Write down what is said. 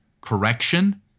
correction